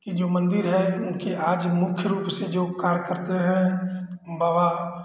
की जो मंदिर है उनके आज मुख्य रूप से जो कार्य करते हैं बाबा